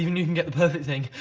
you can get the perfect thing,